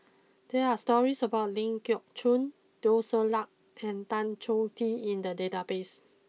there are stories about Ling Geok Choon Teo Ser Luck and Tan Choh Tee in the database